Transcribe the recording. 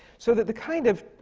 so that the kind of